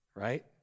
Right